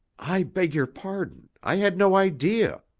i beg your pardon i had no idea.